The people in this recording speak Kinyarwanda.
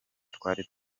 twari